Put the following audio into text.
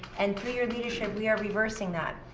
and through your leadership we are reversing that.